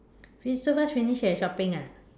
finish so fast finish eh shopping ah